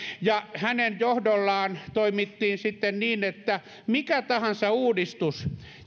ja hänen johdollaan toimittiin niin että oli kyseessä mikä tahansa uudistus